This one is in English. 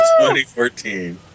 2014